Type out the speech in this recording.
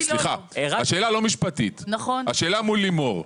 השאלה מול לימור,